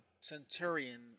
centurion